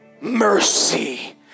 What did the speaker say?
mercy